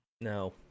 No